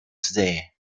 today